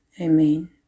Amen